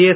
S